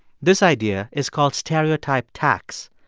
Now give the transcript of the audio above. this idea is called stereotype tax.